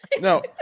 No